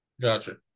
Gotcha